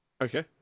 Okay